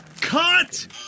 Cut